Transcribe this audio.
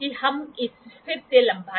तो आपके पास एक यह एक शीर्ष सपाट सतह होगा